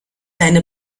deine